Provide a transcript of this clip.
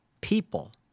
people